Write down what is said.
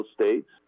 states